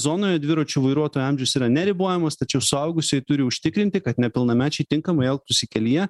zonoje dviračių vairuotojų amžius yra neribojamas tačiau suaugusieji turi užtikrinti kad nepilnamečiai tinkamai elgtųsi kelyje